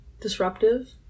disruptive